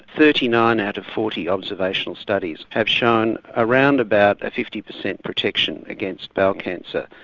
thirty nine out of forty observational studies have shown around about a fifty percent protection against bowel cancer.